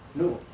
no